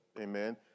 Amen